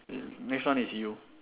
next one is you